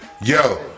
Yo